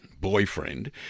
boyfriend